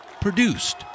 produced